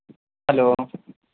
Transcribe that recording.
hello